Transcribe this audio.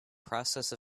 process